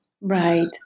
Right